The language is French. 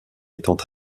étant